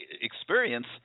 experience